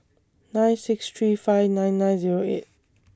nine six three five nine nine Zero eight